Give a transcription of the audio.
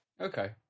Okay